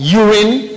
urine